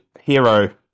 hero